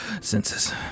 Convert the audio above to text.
senses